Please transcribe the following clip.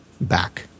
back